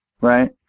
right